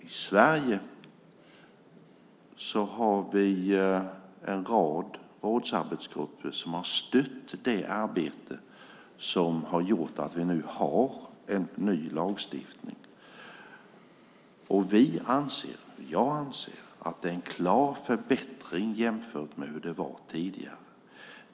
I Sverige har vi en rad rådsarbetsgrupper som har stött det arbete som har gjort att vi nu har en ny lagstiftning. Jag anser att det är en klar förbättring jämfört med hur det var tidigare.